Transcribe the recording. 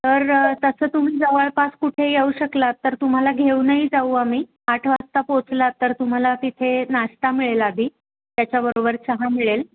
तर तसं तुम्ही जवळपास कुठे येऊ शकला तर तुम्हाला घेऊनही जाऊ आम्ही आठ वाजता पोहचला तर तुम्हाला तिथे नाश्ता मिळेल आधी त्याच्याबरोबर चहा मिळेल